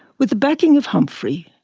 with the backing of humphrey,